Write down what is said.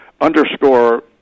underscore